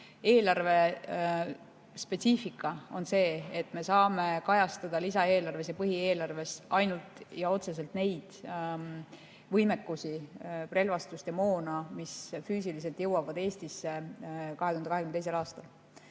Eelarve spetsiifika on see, et me saame kajastada lisaeelarves ja põhieelarves ainult ja otseselt neid võimekusi, relvastust ja moona, mis füüsiliselt jõuavad Eestisse 2022. aastal.